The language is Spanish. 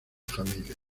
familia